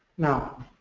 now,